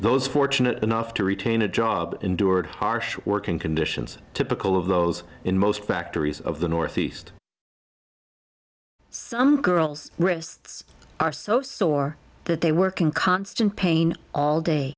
those fortunate enough to retain a job endured harsh working conditions typical of those in most factories of the north east some girls wrists are so sore that they work in constant pain all day